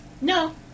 No